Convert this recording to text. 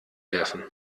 werfen